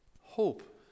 hope